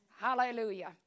Hallelujah